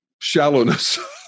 shallowness